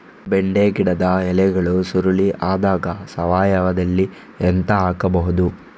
ಬೆಂಡೆ ಗಿಡದ ಎಲೆಗಳು ಸುರುಳಿ ಆದಾಗ ಸಾವಯವದಲ್ಲಿ ಎಂತ ಹಾಕಬಹುದು?